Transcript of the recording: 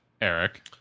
Eric